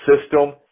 system